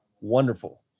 wonderful